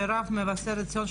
שרב מבשרת ציון,